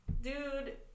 dude